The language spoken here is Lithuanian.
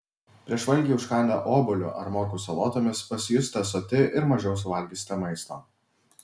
prieš valgį užkandę obuoliu ar morkų salotomis pasijusite soti ir mažiau suvalgysite maisto